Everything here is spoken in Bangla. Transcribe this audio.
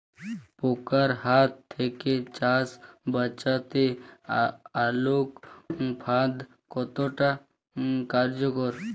পোকার হাত থেকে চাষ বাচাতে আলোক ফাঁদ কতটা কার্যকর?